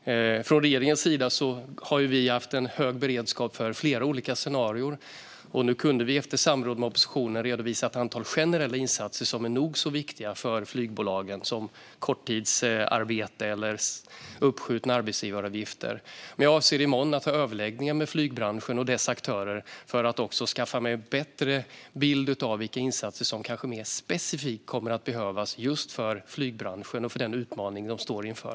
Från regeringens sida har vi haft en hög beredskap för flera olika scenarier. Efter samråd med oppositionen kunde vi redovisa ett antal generella insatser som är nog så viktiga för flygbolagen, som korttidsarbete och uppskjutna arbetsgivaravgifter. Jag avser att ha överläggningar i morgon med flygbranschen och dess aktörer för att skaffa mig en bättre bild av vilka insatser som mer specifikt kommer att behövas just för flygbranschen och den utmaning den står inför.